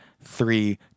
three